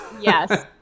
Yes